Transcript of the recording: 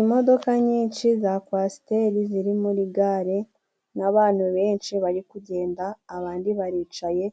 Imodoka nyinshi za Kwasiteri ziri muri Gare n'abantu benshi bari kugenda abandi baricaye,